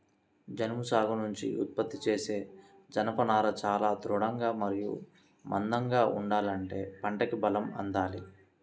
జనుము సాగు నుంచి ఉత్పత్తి చేసే జనపనార చాలా దృఢంగా మరియు మందంగా ఉండాలంటే పంటకి బలం అందాలి